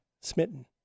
smitten